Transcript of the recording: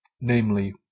namely